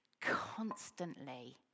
constantly